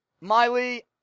Miley